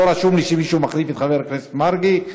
לא רשום לי שמישהו מחליף את חבר הכנסת מרגי.